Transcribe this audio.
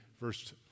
verse